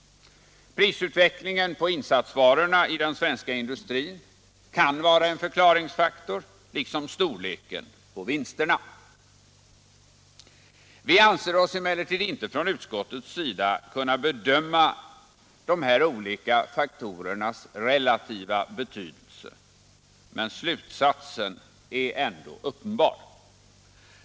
Prisutvecklingen på insatsvarorna i den svenska industrin kan vara en annan förklaringsfaktor liksom storleken på vinsterna. Vi anser oss inte från utskottets sida kunna bedöma dessa olika faktorers relativa betydelse, men slutsatsen är ändå uppenbar.